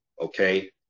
Okay